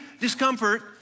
discomfort